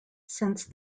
since